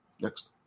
next